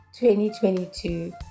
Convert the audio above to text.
2022